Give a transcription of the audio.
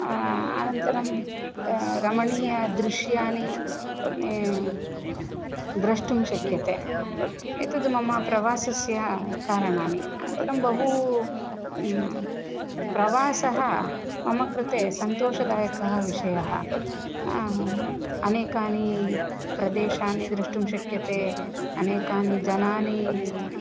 अनन्तरं रमणीयदृश्यानि द्रष्टुं शक्यते एतत् मम प्रवासस्य कारणानि अनन्तरं बहु प्रवासः मम कृते सन्तोषदायकः विषयः अनेकानि प्रदेशानि द्रष्टुं शक्यते अनेके जनाः